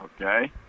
Okay